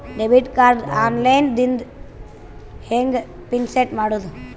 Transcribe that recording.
Debit card online ದಿಂದ ಹೆಂಗ್ pin set ಮಾಡೋದು?